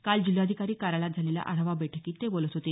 आज जिल्हाधिकारी कार्यालयात झालेल्या आढावा बैठकी ते बोलत होते